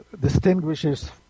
distinguishes